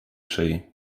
szyi